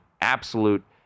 absolute